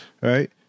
right